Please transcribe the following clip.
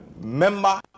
member